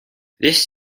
this